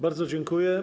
Bardzo dziękuję.